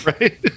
Right